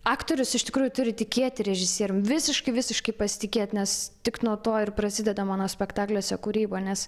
aktorius iš tikrųjų turi tikėti režisierium visiškai visiškai pasitikėt nes tik nuo to ir prasideda mano spektakliuose kūryba nes